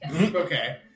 Okay